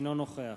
אינו נוכח